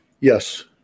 Yes